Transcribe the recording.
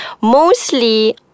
Mostly